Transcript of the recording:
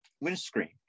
windscreen